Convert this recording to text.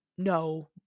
no